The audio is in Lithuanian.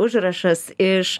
užrašas iš